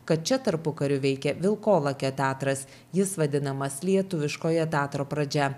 kad čia tarpukariu veikė vilkolakio teatras jis vadinamas lietuviškojo teatro pradžia